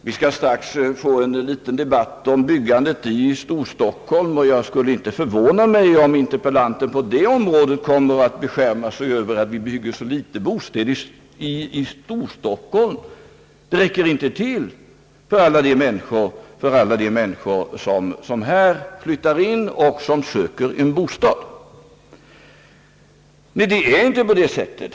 Vi skall strax få en debatt om byggandet i Storstockholm, och det skulle inte förvåna mig om interpellanten då kommer att beskärma sig över att vi bygger så litet bostäder i Storstockholm och att de inte räcker till för alla de människor som flyttar in här och söker en bostad. Men det är inte på det sättet.